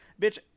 Bitch